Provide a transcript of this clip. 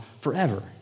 forever